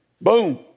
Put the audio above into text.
boom